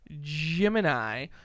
Gemini